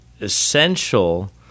essential